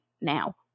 now